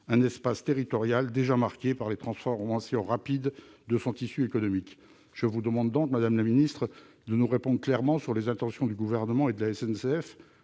un espace territorial déjà marqué par les transformations rapides de son tissu économique. Je vous demande donc, madame la secrétaire d'État, de nous informer clairement des intentions du Gouvernement et de la SNCF